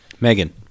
Megan